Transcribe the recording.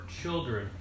children